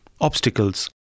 obstacles